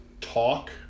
talk